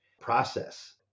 process